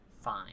fine